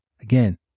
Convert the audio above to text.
Again